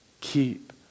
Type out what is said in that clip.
Keep